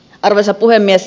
arvoisa puhemies